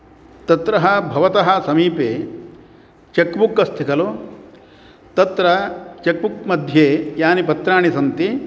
तत्र भवतः समीपे चेक्बुक् अस्ति खलु तत्र चेक्बुक् मध्ये यानि पत्राणि सन्ति